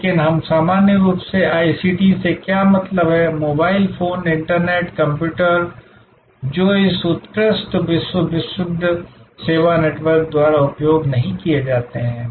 लेकिन हम सामान्य रूप से आईसीटी से क्या मतलब है मोबाइल फोन इंटरनेट कंप्यूटर जो इस उत्कृष्ट विश्व प्रसिद्ध सेवा नेटवर्क द्वारा उपयोग नहीं किए जाते हैं